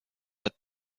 but